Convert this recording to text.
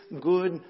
good